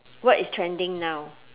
what is trending now